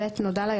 (ב) נודע ליצרן,